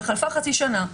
אבל חלפה חצי שנה,